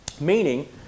meaning